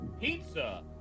pizza